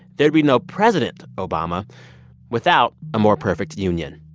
there'd be no president obama without a more perfect union.